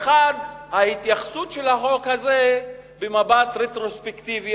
ואחד ההתייחסות של החוק הזה במבט רטרוספקטיבי,